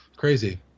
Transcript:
crazy